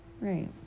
Right